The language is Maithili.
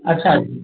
अच्छा जी